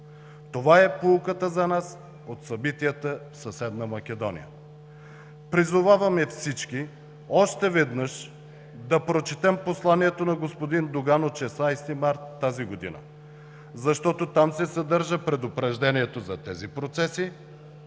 Това е поуката за нас от събитията в съседна Македония. Призоваваме всички още веднъж да прочетем посланието на господин Доган от 16 март тази година, защото там се съдържа предупреждението за тези процеси,